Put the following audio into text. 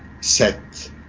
set